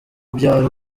byaro